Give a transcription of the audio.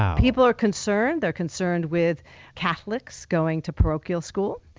people are concerned, they're concerned with catholics going to parochial school.